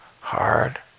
hard